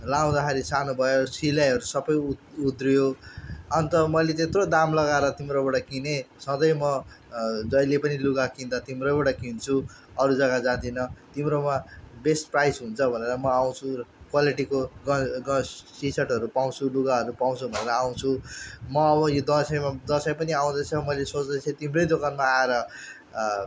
लाउँदाखेरि सानो भयो सिलाइहरू सबै उद् उद्रियो अन्त मैले त्यत्रो दाम लगाएर तिम्रोबाट किनेँ सधैँ म जहिले पनि लुगा किन्दा तिम्रैबाट किन्छु अरू जगा जाँदिनँ तिम्रोमा बेस्ट प्राइस हुन्छ भनेर म आउँछु र क्वालिटीको ग गस टी सर्टहरू पाउँछु लुगाहरू पाउँछु भनेर आउँछु म अब यो दसैँमा दसैँ पनि आउँदैछ मैले सोच्दै थिएँ तिम्रै दोकानमा आएर